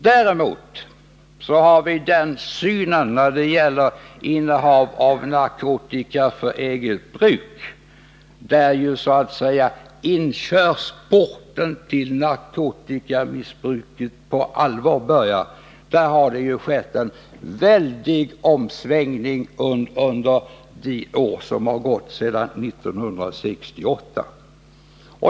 Däremot har det i fråga om synen på innehav av narkotika för eget bruk, där så att säga inkörsporten till narkotikamissbruket på allvar börjar, skett en väldig omsvängning under de år som gått sedan 1968.